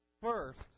first